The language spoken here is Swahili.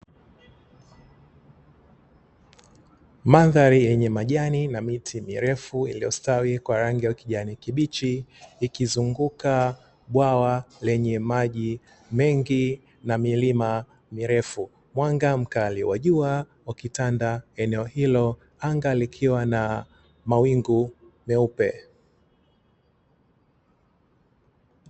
Mandhari yenye majani na miti mirefu iliyostawi kwa rangi ya kijani kibichi ikizunguka bwawa lenye maji mengi na milima mirefu, mwanga mkali wa jua ukitanda eneo hilo anga likiwa na mawingu meupe.